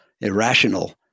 irrational